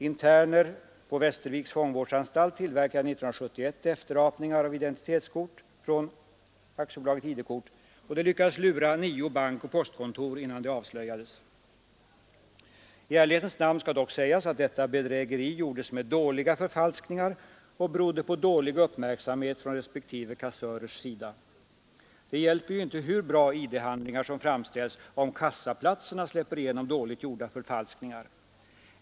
Interner på Västerviks fångvårdsanstalt tillverkade 1971 efterapningar av identitetskort från AB ID-kort, och de lyckades lura nio bankoch postkontor innan de avslöjades. I ärlighetens namn skall dock sägas att detta bedrägeri gjordes med dåliga förfalskningar och berodde på dålig uppmärksamhet från respektive kassörs sida. Det hjälper ju inte hur bra ID-handlingar som framställs, om kassaplatserna släpper igenom dåligt gjorda förfalskningar.